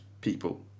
people